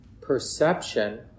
perception